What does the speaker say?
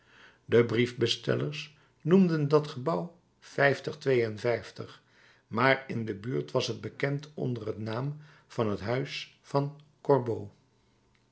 de briefbestellers noemden dat gebouw maar in de buurt was het bekend onder den naam van het huis van